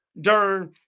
Dern